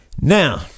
Now